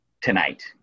tonight